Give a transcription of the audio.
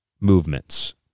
movements